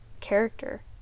character